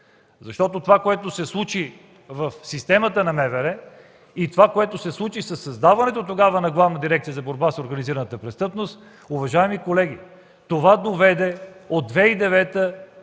на МВР. Това, което се случи в системата на МВР, и това, което се случи със създаването тогава на Главната дирекция за борба с организираната престъпност, уважаеми колеги, доведе от 2009